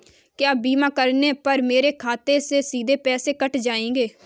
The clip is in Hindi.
क्या बीमा करने पर मेरे खाते से सीधे पैसे कट जाएंगे?